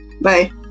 Bye